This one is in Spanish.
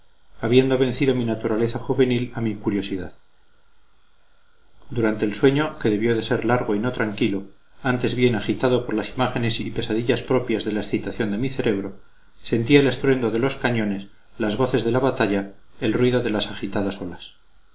habiendo vencido mi naturaleza juvenil a mi curiosidad durante el sueño que debió de ser largo y no tranquilo antes bien agitado por las imágenes y pesadillas propias de la excitación de mi cerebro sentía el estruendo de los cañonazos las voces de la batalla el ruido de las agitadas olas